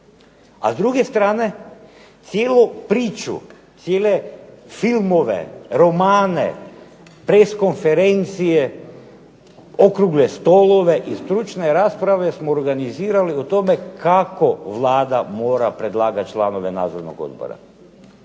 A s druge strane cijelu priču, cijele filmove, romane, press konferencije, okrugle stolove i stručne rasprave smo organizirali o tome kako Vlada mora predlagati članove Nadzornog odbora.